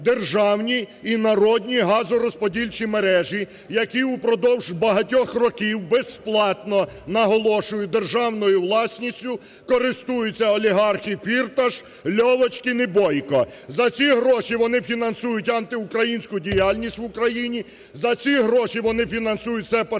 державні і народні газорозподільчі мережі, якими впродовж багатьох років безплатно, наголошую, державною власністю користуються олігархи Фірташ, Льовочкін і Бойко. За ці гроші вони фінансують антиукраїнську діяльність в Україні, за ці гроші вони фінансують сепарський